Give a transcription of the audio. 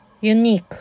Unique